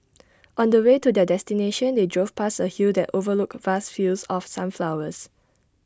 on the way to their destination they drove past A hill that overlooked vast fields of sunflowers